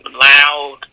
loud